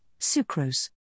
sucrose